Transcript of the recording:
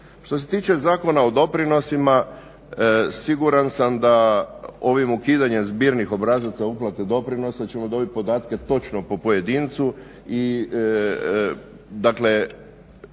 Što se tiče Zakona o doprinosima siguran sam da ovim ukidanjem zbirnih obrazaca uplate doprinosa ćemo dobit podatke točno po pojedincu. I dakle,